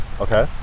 Okay